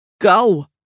Go